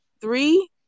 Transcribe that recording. three